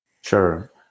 Sure